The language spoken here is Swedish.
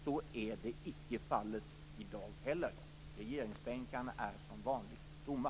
Så är inte fallet i dag heller. Regeringsbänkarna är som vanligt tomma.